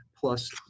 plus